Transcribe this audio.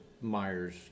Myers